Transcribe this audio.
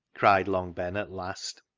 cried long ben at last,